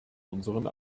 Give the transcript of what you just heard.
unseren